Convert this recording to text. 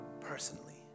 personally